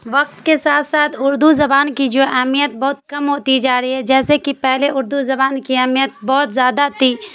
وقت کے ساتھ ساتھ اردو زبان کی جو اہمیت بہت کم ہوتی جا رہی ہے جیسے کہ پہلے اردو زبان کی اہمیت بہت زیادہ تھی